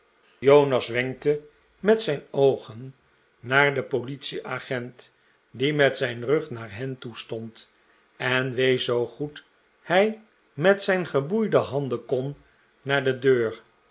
jonas wenkte met zijn oogen naar den politieagent die met zijn rug naar hen toe stond en wees zoo goed hij met zijn geboeide handen kon naar de deur